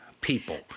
people